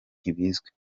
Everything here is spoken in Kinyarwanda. ntibizwi